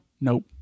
Nope